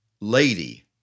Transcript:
lady